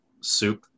soup